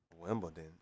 Wimbledon